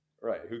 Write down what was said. Right